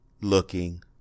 looking